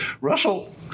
Russell